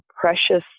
precious